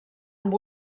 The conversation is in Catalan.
amb